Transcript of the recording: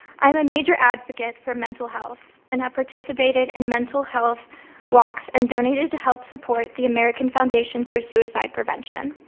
i'm a major advocate for mental health and have participated in and mental health walks and donated to help support the american foundation for suicide prevention.